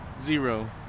Zero